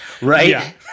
right